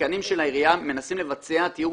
והעסקנים של העירייה מנסים לבצע טיהור